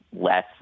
less